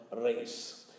race